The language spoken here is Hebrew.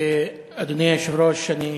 אדוני היושב-ראש, אני